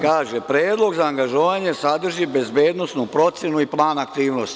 Kaže, predlog za angažovanje sadrži bezbednosnu procenu i plan aktivnosti.